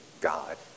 God